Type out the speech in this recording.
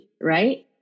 right